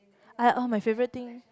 I oh my favorite thing